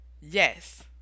Yes